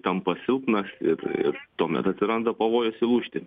tampa silpnas ir ir tuomet atsiranda pavojus įlūžti